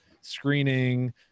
screening